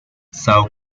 sao